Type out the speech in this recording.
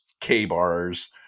K-bars